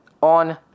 on